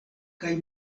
kaj